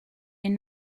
این